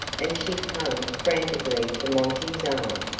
and she clung frantically to monty's arm.